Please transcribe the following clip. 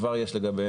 כבר יש לגביהם